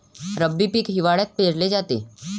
रब्बी पीक हिवाळ्यात पेरले जाते